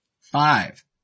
Five